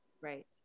Right